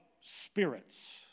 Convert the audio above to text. spirits